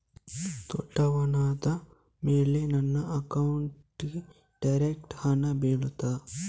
ದೊಡ್ಡವನಾದ ಮೇಲೆ ನನ್ನ ಅಕೌಂಟ್ಗೆ ಡೈರೆಕ್ಟ್ ಹಣ ಬೀಳ್ತದಾ?